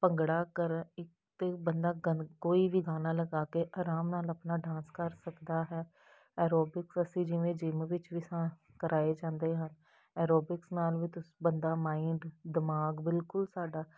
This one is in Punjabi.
ਭੰਗੜਾ ਕਰਨ ਇੱਕ ਤਾਂ ਬੰਦਾ ਕੋਈ ਵੀ ਗਾਣਾ ਲਗਾ ਕੇ ਆਰਾਮ ਨਾਲ ਆਪਣਾ ਡਾਂਸ ਕਰ ਸਕਦਾ ਹੈ ਐਰੋਬਿਕ ਅਸੀਂ ਜਿਵੇਂ ਜਿੰਮ ਵਿੱਚ ਵੀ ਸਾ ਕਰਵਾਏ ਜਾਂਦੇ ਹਨ ਐਰੋਬਿਕਸ ਨਾਲ ਵੀ ਬੰਦਾ ਮਾਈਂਡ ਦਿਮਾਗ ਬਿਲਕੁਲ ਸਾਡਾ